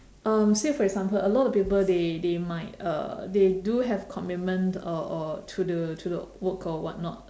um say for example a lot of people they they might uh they do have commitment or or to the to the work or whatnot